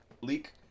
leak